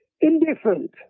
indifferent